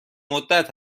مدت